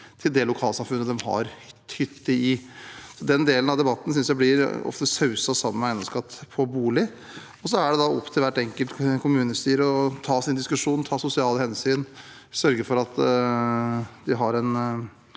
til det lokalsamfunnet de har hytte i. Den delen av debatten synes jeg ofte blir sauset sammen med eiendomsskatt på bolig. Det er opp til hvert enkelt kommunestyre å ta diskusjonen, ta sosiale hensyn og sørge for at de har en